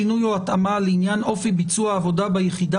שינוי או התאמה לעניין אופי ביצוע העבודה ביחידה